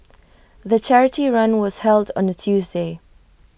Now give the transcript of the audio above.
the charity run was held on A Tuesday